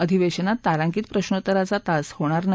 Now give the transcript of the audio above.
अधिवेशानात तारांकित प्रश्नोत्तराचा तास होणार नाही